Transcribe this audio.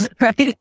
right